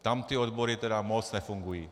Tam ty odbory tedy moc nefungují.